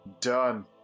Done